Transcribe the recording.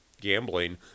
gambling